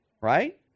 Right